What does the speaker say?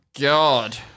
God